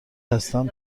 هستم